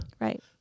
Right